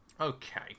Okay